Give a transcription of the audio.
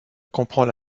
comprend